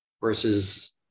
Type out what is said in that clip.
versus